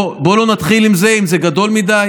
בואו לא נתחיל עם זה אם זה גדול מדי,